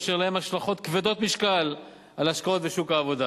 אשר להם השלכות כבדות משקל על השקעות ושוק העבודה,